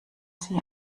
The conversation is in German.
sie